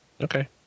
Okay